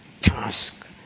task